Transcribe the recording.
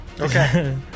Okay